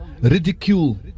ridicule